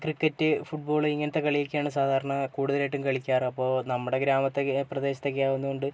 cricket football ഇങ്ങനത്തെ കളിയൊക്കെയാണ് സാധാരണ കൂടുതലായിട്ടും കളിക്കാറ് അപ്പോൾ നമ്മുടെ ഗ്രാമത്തെ പ്രദേശത്തൊക്കെ ആവുന്നത് കൊണ്ട്